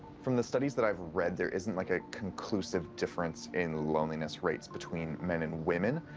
from the studies that i've read, there isn't like a conclusive difference in loneliness rates between men and women.